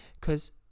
cause